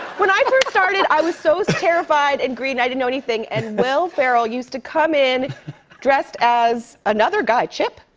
when i first started, i was so terrified and green, i didn't know anything. and will ferrell used to come in dressed as another guy chip?